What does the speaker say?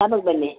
ಶಾಪಗೆ ಬನ್ನಿ